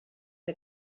que